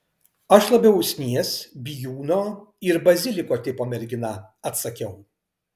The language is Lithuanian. aš labiau usnies bijūno ir baziliko tipo mergina atsakiau